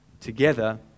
together